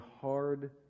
hard